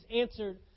answered